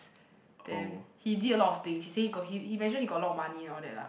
then he did a lot of things he say he got he he mention he got a lot of money all that lah